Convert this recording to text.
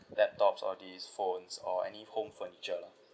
laptops all these phones or any home furniture